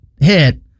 hit